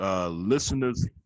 Listeners